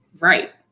right